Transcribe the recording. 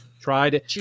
Tried